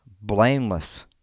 blameless